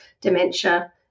dementia